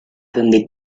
donde